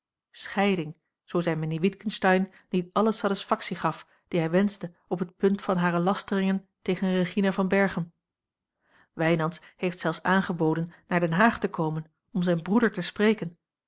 zoo zij mijnheer witgensteyn niet alle satisfactie gaf die hij wenschte op het punt van hare lasteringen tegen regina van a l g bosboom-toussaint langs een omweg berchem wijnands heeft zelfs aangeboden naar den haag te komen om zijn broeder te spreken